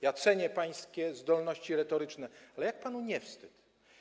Ja cenię pańskie zdolności retoryczne, ale jak panu nie wstyd?